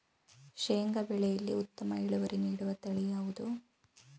ಶೇಂಗಾ ಬೆಳೆಯಲ್ಲಿ ಉತ್ತಮ ಇಳುವರಿ ನೀಡುವ ತಳಿ ಯಾವುದು?